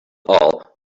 all